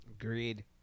Agreed